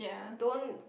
don't